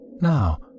Now